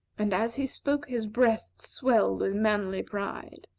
and as he spoke, his breast swelled with manly pride.